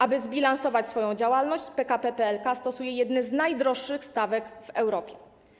Aby zbilansować swoją działalność, PKP PLK stosuje jedne z najwyższych stawek w Europie.